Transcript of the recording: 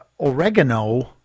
oregano